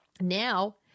Now